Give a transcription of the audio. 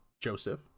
Joseph